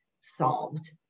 solved